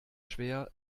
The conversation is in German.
schwer